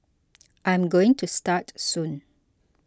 I'm going to start soon